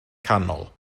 canol